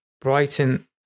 Brighton